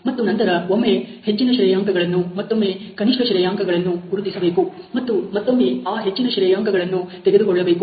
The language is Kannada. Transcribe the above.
ಮತ್ತು ನಂತರ ಒಮ್ಮೆ ಹೆಚ್ಚಿನ ಶ್ರೇಯಾಂಕಗಳನ್ನು ಮತ್ತೊಮ್ಮೆ ಕನಿಷ್ಠ ಶ್ರೇಯಾಂಕಗಳನ್ನು ಗುರುತಿಸಬೇಕು ಮತ್ತು ಮತ್ತೊಮ್ಮೆ ಆ ಹೆಚ್ಚಿನ ಶ್ರೇಯಾಂಕಗಳನ್ನು ತೆಗೆದುಕೊಳ್ಳಬೇಕು